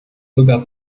sogar